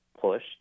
push